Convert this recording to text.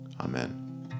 Amen